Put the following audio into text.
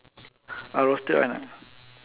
ah roasted one ah